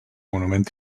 monument